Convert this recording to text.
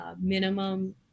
minimum